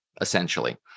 essentially